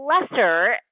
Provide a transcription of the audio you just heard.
lesser